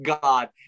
God